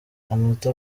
amato